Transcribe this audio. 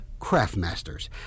Craftmasters